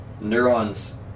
neurons